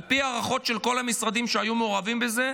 על פי ההערכות של כל המשרדים שהיו מעורבים בזה,